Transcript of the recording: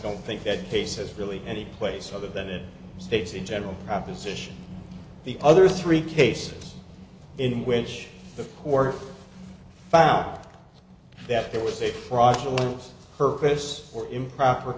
don't think that case has really any place other than it states in general proposition the other three cases in which the court found that there was a fraudulent purpose or improper